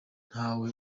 ntawe